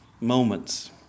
moments